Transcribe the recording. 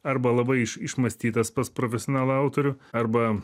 arba labai iš išmąstytas pas profesionalą autorių arba